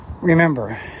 Remember